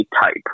type